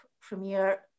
premier